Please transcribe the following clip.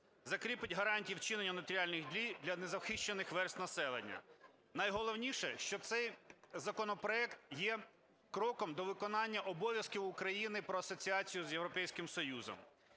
закріпить гарантії вчинення нотаріальних дій для незахищених верств населення. Найголовніше, що цей законопроект є кроком до виконання обов'язків України про асоціацію з Європейським Союзом.